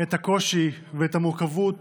את הקושי ואת המורכבות